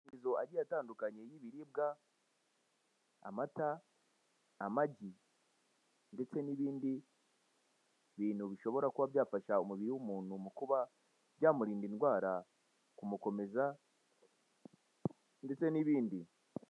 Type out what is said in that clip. Amaguriro agiye atandukanye y'ibiribwa, amata, amagi, ndetse n'ibindi bintu bishobora kuba byafasha umubiri w'umuntu mu kuba byamurinda indwara, kumukomeza, ndetse n'ibindi.